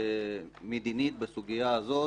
עמדה פוליטית-עקרונית-מדינית בסוגיה הזאת,